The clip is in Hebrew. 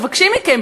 מבקשים מכם,